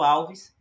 Alves